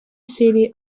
city